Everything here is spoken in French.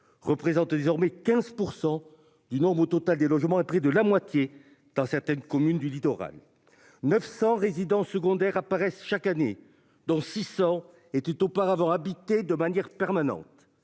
représentent désormais 15% du nombre total des logements et près de la moitié dans certaines communes du littoral 900 résidences secondaires apparaissent chaque année dont 600 était auparavant habiter de manière permanente.